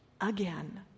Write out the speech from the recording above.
Again